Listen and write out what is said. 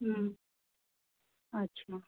ह्म्म अच्छा